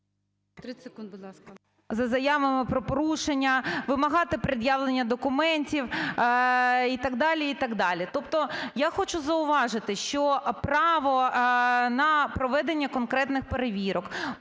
…за заявами про порушення, вимагати пред'явлення документів і так далі, і так далі. Тобто я хочу зауважити, що право на проведення конкретних перевірок,